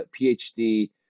PhD